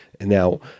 now